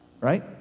right